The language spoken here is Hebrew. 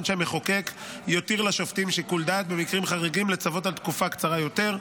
שהמחוקק יותיר לשופטים שיקול דעת במקרים חריגים לצוות על תקופה קצרה יותר.